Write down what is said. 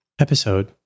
episode